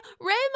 Raymond